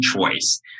choice